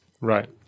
Right